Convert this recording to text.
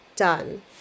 done